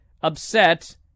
upset